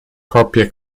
coppie